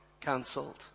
cancelled